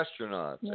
Astronauts